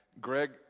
Greg